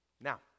Now